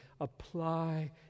apply